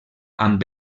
amb